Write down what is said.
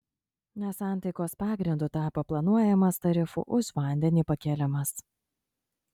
nesantaikos pagrindu tapo planuojamas tarifų už vandenį pakėlimas